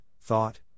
thought